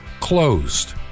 closed